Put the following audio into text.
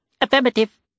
Affirmative